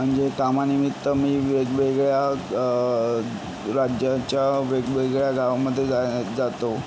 म्हणजे कामानिमित्त मी वेगवेगळ्या राज्यांच्या वेगवेगळ्या गावांमध्ये जा जातो